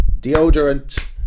deodorant